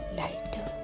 lighter